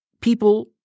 people